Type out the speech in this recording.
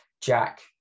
jack